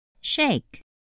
Shake